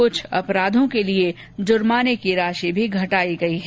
कुछ अपराधों के लिए जुर्माने की राशि भी घटाई गई है